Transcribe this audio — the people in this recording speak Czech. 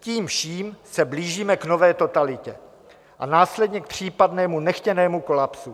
Tím vším se blížíme k nové totalitě a následně k případnému nechtěnému kolapsu.